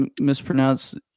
mispronounced